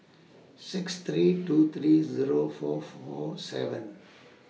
six three two three Zero four four seven